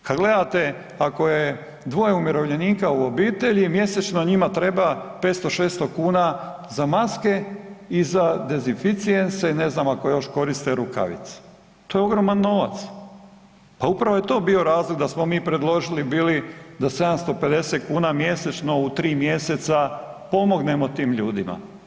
Kad gledate ako dvoje umirovljenika u obitelji, mjesečno njima treba 500-600 kuna za maske i za dezinficijense i ne znam ako još koriste rukavice, to je ogroman novac, a upravo je to bio razlog da smo mi predložili bili da 750 kuna mjesečno u 3 mjeseca pomognemo tim ljudima.